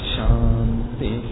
Shanti